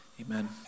amen